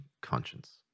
conscience